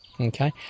okay